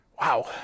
Wow